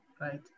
right